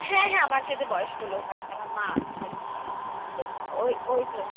হ্যাঁ হ্যাঁ আমার সাথে বয়স্ক লোক আছে আমার মা আছে তো ওই ওই জন্য